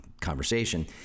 conversation